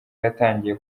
yatangiye